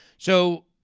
so,